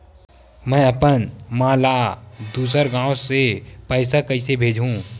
में अपन मा ला दुसर गांव से पईसा कइसे भेजहु?